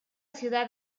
ciudad